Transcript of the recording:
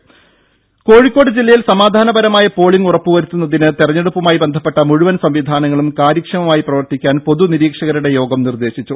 ദേദ കോഴിക്കോട് ജില്ലയിൽ സമാധാനപരമായ പോളിങ് ഉറപ്പു വരുത്തുന്നതിന് തെരഞ്ഞെടുപ്പുമായി ബന്ധപ്പെട്ട മുഴുവൻ സംവിധാനങ്ങളും കാര്യക്ഷമമായി പ്രവർത്തിക്കാൻ പൊതു നിരീക്ഷകരുടെ യോഗം നിർദ്ദേശിച്ചു